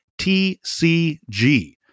TCG